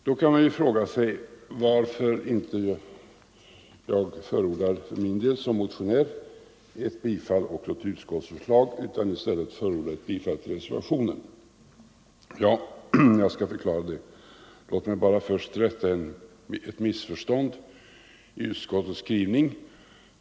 Då kan man fråga sig varför jag som motionär inte förordar ett bifall till utskottets hemställan utan i stället förordar bifall till reservationen. Jag skall förklara det. Låt mig bara först rätta ett missförstånd i utskottets skrivning.